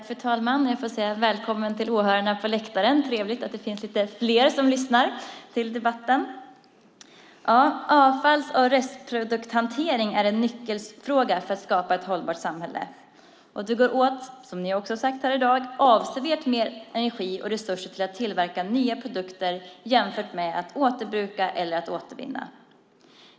Fru talman! Jag får säga välkommen till åhörarna på läktaren. Det är trevligt att det finns några fler som lyssnar till debatten. Avfalls och restprodukthantering är en nyckelfråga för att skapa ett hållbart samhälle. Det går åt, som ni också har sagt här i dag, avsevärt mer energi och resurser för att tillverka nya produkter jämfört med att återbruka eller återvinna.